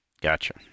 Gotcha